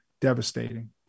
devastating